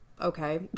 okay